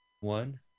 one